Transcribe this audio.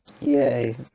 Yay